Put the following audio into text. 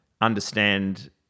understand